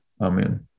Amen